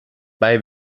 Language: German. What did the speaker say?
bei